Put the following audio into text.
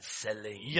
selling